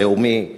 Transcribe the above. הלאומי,